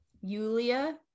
Yulia